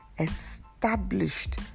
established